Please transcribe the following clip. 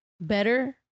better